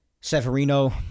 Severino